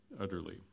utterly